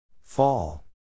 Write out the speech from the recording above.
Fall